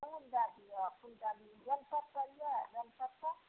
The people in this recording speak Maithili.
फूल दए दिय फूलडाली बेलपत्र और यऽ बेलपत्र